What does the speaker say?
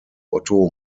otto